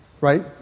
right